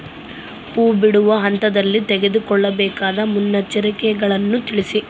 ಹೂ ಬಿಡುವ ಹಂತದಲ್ಲಿ ತೆಗೆದುಕೊಳ್ಳಬೇಕಾದ ಮುನ್ನೆಚ್ಚರಿಕೆಗಳನ್ನು ತಿಳಿಸಿ?